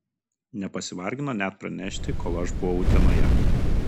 nepasivargino net pranešti kol aš buvau utenoje